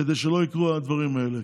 כדי שלא יקרו הדברים האלה.